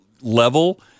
level